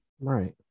right